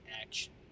action